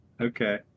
Okay